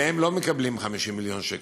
והם לא מקבלים 50 מיליון שקל.